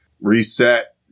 reset